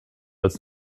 als